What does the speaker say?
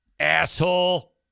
asshole